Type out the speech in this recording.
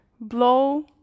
blow